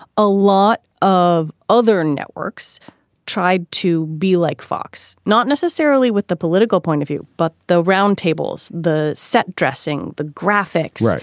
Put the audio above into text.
a lot of other networks tried to be like fox. not necessarily with the political point of view, but the roundtable's, the set dressing the graphics. right.